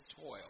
toil